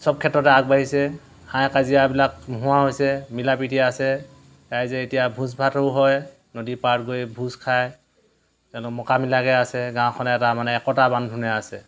সব ক্ষেত্ৰতে আগবাঢ়িছে হাই কাজিয়াবিলাক নোহোৱা হৈছে মিলাপ্ৰীতিৰে আছে ৰাইজে এতিয়া ভোজ ভাতো হয় নদী পাৰত গৈ ভোজ খায় তেওঁলোকে মোকামিলাকে আছে গাঁওখনে এটা মানে একতা বান্ধোনেৰে আছে